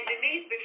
Denise